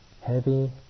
heavy